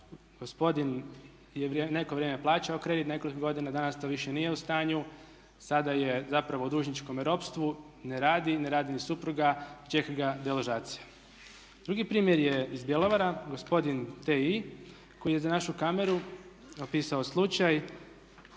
Gospodin je neko vrijeme plaćao kredit, nekoliko godina, danas to više nije u stanju, sada je zapravo u dužničkome ropstvu. Ne radi, ne radi ni supruga, čeka ga deložacija. Drugi primjer je iz Bjelovara, gospodin T.I koji je za našu kameru opisao slučaj